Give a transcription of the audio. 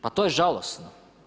Pa to je žalosno.